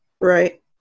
Right